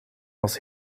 was